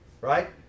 right